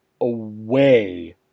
away